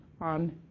on